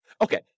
Okay